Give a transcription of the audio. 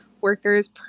workers